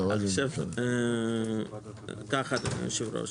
עכשיו אדוני היושב ראש,